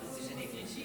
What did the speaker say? כבוד היושב-ראש,